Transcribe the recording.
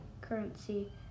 currency